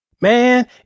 Man